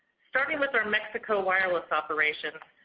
starting with our mexico wireless operations,